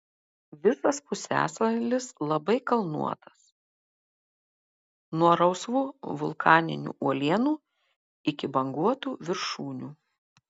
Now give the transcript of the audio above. visas pusiasalis labai kalnuotas nuo rausvų vulkaninių uolienų iki banguotų viršūnių